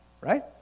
right